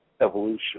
evolution